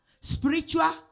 spiritual